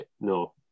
no